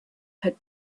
had